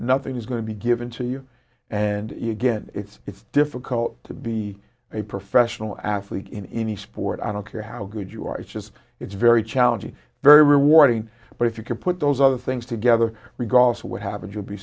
nothing is going to be given to you and you get it's difficult to be a professional athlete in any sport i don't care how good you are it's just it's very challenging very rewarding but if you can put those other things together regardless of what happen